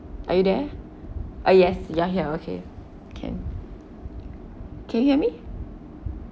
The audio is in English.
are you there ah yes you are here okay can can you hear me